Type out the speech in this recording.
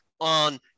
on